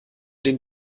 den